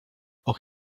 och